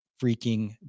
freaking